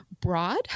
broad